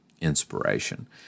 inspiration